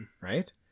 Right